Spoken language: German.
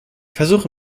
versuche